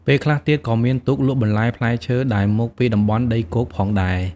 ពេលខ្លះទៀតក៏មានទូកលក់បន្លែផ្លែឈើដែលមកពីតំបន់ដីគោកផងដែរ។